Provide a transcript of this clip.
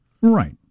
Right